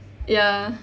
ya